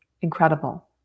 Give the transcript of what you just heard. incredible